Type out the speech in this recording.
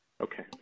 Okay